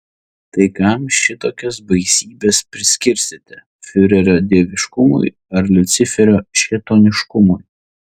tai kam šitokias baisybes priskirsite fiurerio dieviškumui ar liuciferio šėtoniškumui